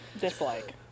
dislike